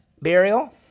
Burial